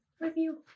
review